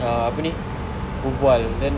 ah apa ni berbual then